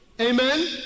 amen